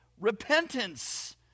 repentance